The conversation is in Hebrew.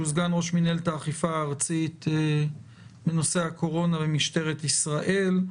שהוא סגן ראש מינהלת האכיפה הארצית בנושא הקורונה במשטרת ישראל.